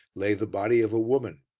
lay the body of a woman,